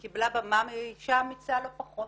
היא קיבלה במה מאישה אמיצה לא פחות